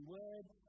words